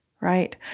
right